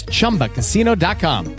Chumbacasino.com